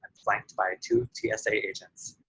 flanked by two two tsa agents,